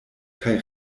kaj